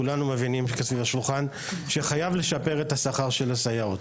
כולנו מבינים כאן סביב השולחן שחייב לשפר את השכר של הסייעות.